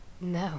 No